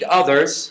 others